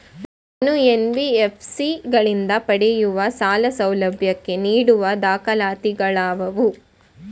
ನಾನು ಎನ್.ಬಿ.ಎಫ್.ಸಿ ಗಳಿಂದ ಪಡೆಯುವ ಸಾಲ ಸೌಲಭ್ಯಕ್ಕೆ ನೀಡುವ ದಾಖಲಾತಿಗಳಾವವು?